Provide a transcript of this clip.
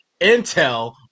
intel